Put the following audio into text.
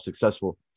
successful